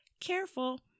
careful